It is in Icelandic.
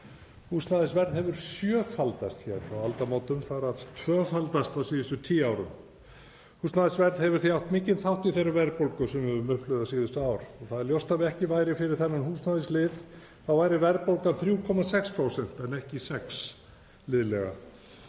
Húsnæðisverð hefur sjöfaldast frá aldamótum, þar af tvöfaldast á síðustu tíu árum. Húsnæðisverð hefur því átt mikinn þátt í þeirri verðbólgu sem við höfum upplifað síðustu ár og það er ljóst að ef ekki væri fyrir þennan húsnæðislið væri verðbólgan 3,6% en ekki liðlega